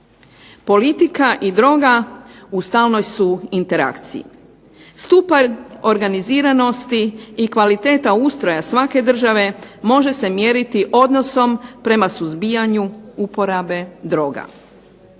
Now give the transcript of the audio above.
Politika i droga u stalnoj su interakciji. Stupar organiziranosti i kvaliteta ustroja svake države može se mjeriti odnosom prema suzbijanju uporabe droga.